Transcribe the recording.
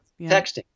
texting